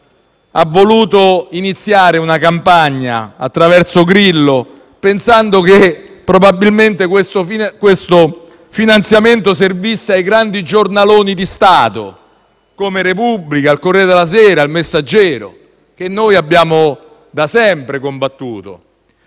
ha voluto iniziare una campagna, attraverso Grillo, pensando che probabilmente questo finanziamento servisse ai grandi giornaloni di Stato come «la Repubblica», il «Corriere della sera» e «il Messaggero» che noi abbiamo da sempre combattuto.